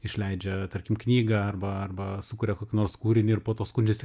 išleidžia tarkim knygą arba arba sukuria kokį nors kūrinį ir po to skundžiasi